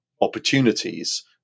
opportunities